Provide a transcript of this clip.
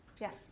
Yes